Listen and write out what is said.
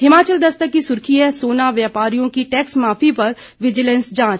हिमाचल दस्तक की सुर्खी है सोना व्यापारियों की टैक्स माफी पर विजिलेंस जांच